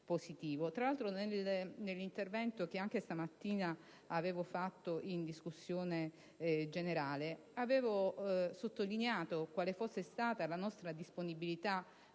Tra l'altro, già nell'intervento di questa mattina in discussione generale avevo sottolineato quale fosse stata la nostra disponibilità